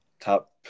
top